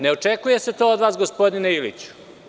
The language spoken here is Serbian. Ne očekuje se to od vas, gospodine Iliću.